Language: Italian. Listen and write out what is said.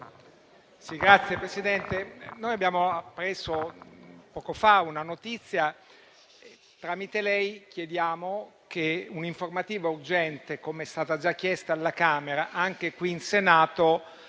Signora Presidente, abbiamo appreso poco fa una notizia e, tramite lei, chiediamo un'informativa urgente, come è stata già chiesta alla Camera anche qui in Senato,